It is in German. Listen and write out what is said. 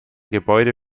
gebäude